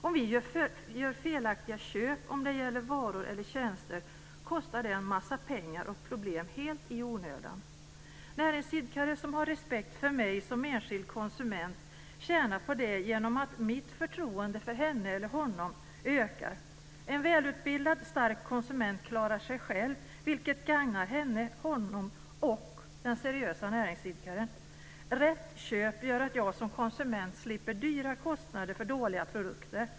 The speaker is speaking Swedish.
Om vi gör felaktiga köp, om det gäller varor eller tjänster, kostar det en massa pengar och ger problem helt i onödan. Näringsidkare som har respekt för mig som enskild konsument tjänar på det genom att mitt förtroende för henne eller honom ökar. En välutbildad, stark konsument klarar sig själv, vilket gagnar henne eller honom och den seriösa näringsidkaren. Rätt köp gör att jag som konsument slipper dyra kostnader för dåliga produkter.